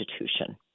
institution